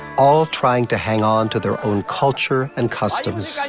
all trying to hang on to their own culture and customs.